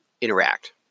interact